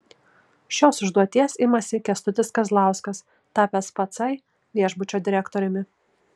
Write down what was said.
šios užduoties imasi kęstutis kazlauskas tapęs pacai viešbučio direktoriumi